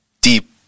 deep